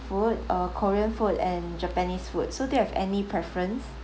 food uh korean food and japanese food so do you have any preference